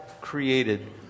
created